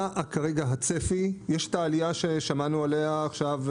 מה כרגע הצפי, יש את העלייה ששמענו עליה עכשיו,